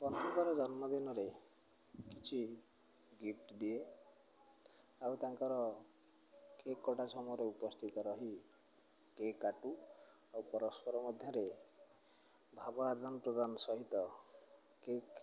ପ୍ରତିଥର ଜନ୍ମଦିନରେ କିଛି ଗିଫ୍ଟ ଦିଏ ଆଉ ତାଙ୍କର କେକ୍ କଟା ସମୟରେ ଉପସ୍ଥିତ ରହି କେକ୍ କାଟୁ ଆଉ ପରସ୍ପର ମଧ୍ୟରେ ଭାବ ଆଦାନ ପ୍ରଦାନ ସହିତ କେକ୍